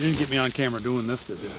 get me on camera doing this, did